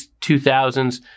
2000s